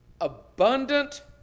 abundant